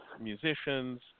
musicians